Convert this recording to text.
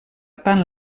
tant